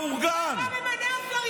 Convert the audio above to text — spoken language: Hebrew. פשע מאורגן, די כבר עם הבכי שלך.